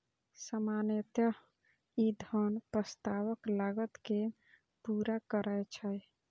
सामान्यतः ई धन प्रस्तावक लागत कें पूरा करै छै